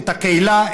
את הקהילה,